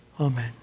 Amen